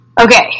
okay